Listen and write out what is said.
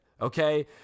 Okay